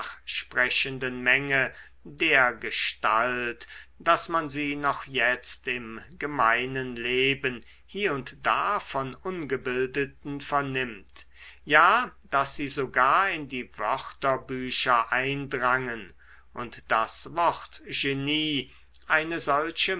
nachsprechenden menge dergestalt daß man sie noch jetzt im gemeinen leben hie und da von ungebildeten vernimmt ja daß sie sogar in die wörterbücher eindrangen und das wort genie eine solche